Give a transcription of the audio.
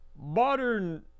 modern